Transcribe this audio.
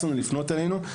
לפנות אלינו,